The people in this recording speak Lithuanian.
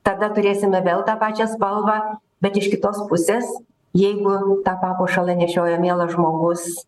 tada turėsime vėl tą pačią spalvą bet iš kitos pusės jeigu tą papuošalą nešiojo mielas žmogus